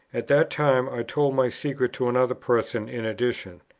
at that time i told my secret to another person in addition.